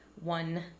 One